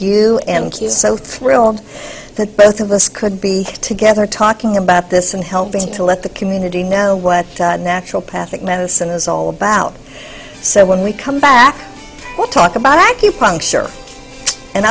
you and so thrilled that both of us could be together talking about this and helping to let the community now what natural path medicine is all about so when we come back we'll talk about acupuncture and